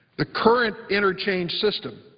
the current interchange system,